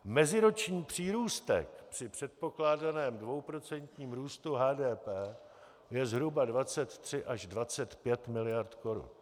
Meziroční přírůstek při předpokládaném dvouprocentním růstu HDP je zhruba 23 až 25 miliard korun.